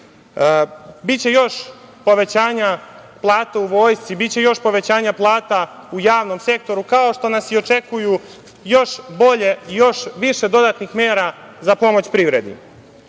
biće još povećanja plata u vojsci, biće još povećanja plata u javnom sektoru, kao što nas i očekuju još bolje i više dodatnih mera za pomoć privredi. Morao